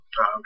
okay